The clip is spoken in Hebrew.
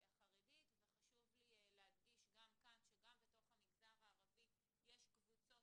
חשוב לי להדגיש גם כאן שגם בתוך המגזר הערבי יש קבוצות,